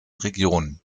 regionen